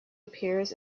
appears